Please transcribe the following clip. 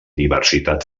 diversitat